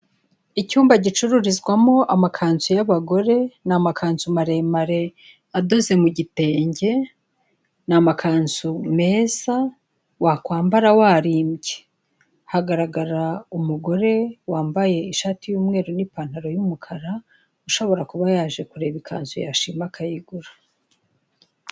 Icyumba gicururizwamo amakanzu y'abagore, ni amakanzu maremare adoze mu gitenge, ni amakanzu meza wakwambara warimbye, hagaragara umugore wambaye ishati y'umweru n'ipantaro y'umukara ushobora kuba yaje kureba ikanzu yashima akayigura.